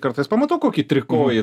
kartais pamatau kokį trikojį